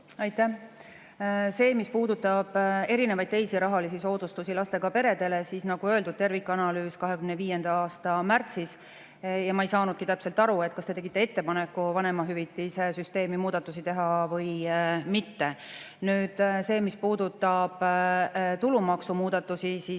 Aitäh! Mis puudutab erinevaid teisi rahalisi soodustusi lastega peredele, siis nagu öeldud, tervikanalüüs [valmib] 2025. aasta märtsis. Ma ei saanudki täpselt aru, kas te tegite ettepaneku vanemahüvitise süsteemi muudatusi teha või mitte. Mis puudutab tulumaksumuudatusi, siis